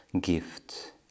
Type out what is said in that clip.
gift